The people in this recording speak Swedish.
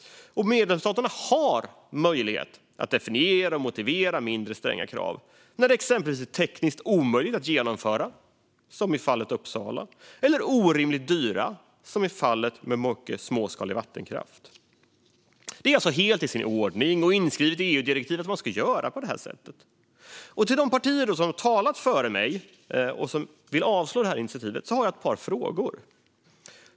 Och medlemsstaterna har möjlighet att definiera och motivera mindre stränga krav, exempelvis när det är tekniskt omöjligt att klara kraven, som i fallet Uppsala, eller om det är orimligt dyrt, som i fallet med mycket småskalig vattenkraft. Det är alltså helt i sin ordning och inskrivet i EU-direktivet att man ska göra på det här sättet. Till de partiföreträdare som talat före mig, och som vill avslå initiativet, har jag ett par frågor.